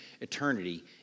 eternity